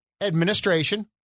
administration